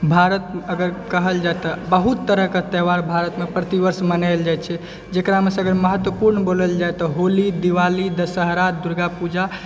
भारत अगर कहल जाय तऽ बहुत तरह के त्यौहार भारत मे प्रतिवर्ष मनायल जाइ छै जेकरा मे सऽ अगर महत्वपूर्ण बोलल जाय तऽ होली दिवाली दशहरा दुर्गा पूजा